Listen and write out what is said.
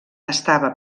estava